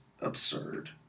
absurd